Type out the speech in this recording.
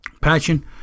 passion